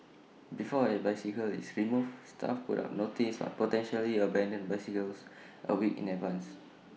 before A bicycle is removed staff put up notices on potentially abandoned bicycles A week in advance